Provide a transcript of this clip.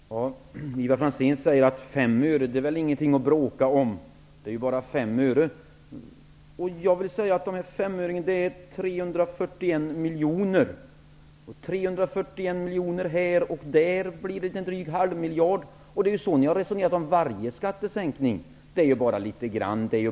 Fru talman! Ivar Franzén sade att 5 öre inte är någonting att bråka om. Den här femöringen representerar i det här fallet 341 miljoner. 341 miljoner hit och dit blir drygt en halv miljard. Det är så som ni har resonerat om varje skattesänkning: Det rör sig bara om litet grand.